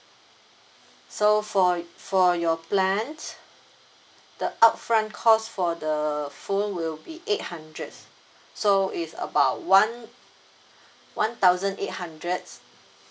so for for your plan the upfront cost for the phone will be eight hundred so is about one one thousand eight hundreds